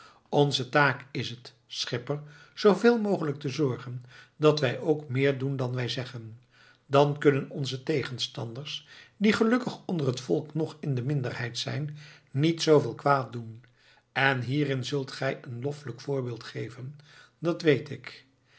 onze taak is het schipper zooveel mogelijk te zorgen dat wij ook meer doen dan wij zeggen dan kunnen onze tegenstanders die gelukkig onder het volk nog in de minderheid zijn niet zooveel kwaad doen en hierin zult gij een loffelijk voorbeeld geven dat weet ik